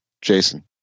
Jason